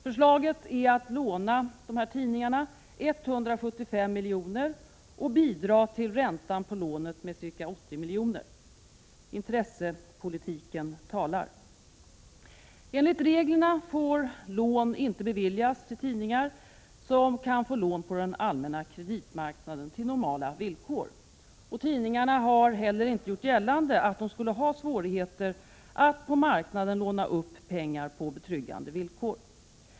Förslaget är att låna dessa tidningar 175 milj.kr. och att bidra till räntan på lånet med ca 80 milj.kr. Intressepolitiken talar! Enligt reglerna får lån inte beviljas till tidningar som kan få lån på den allmänna kreditmarknaden på normala villkor. Tidningarna har heller inte gjort gällande att de skulle ha svårigheter att på marknaden låna upp pengar på betryggande villkor.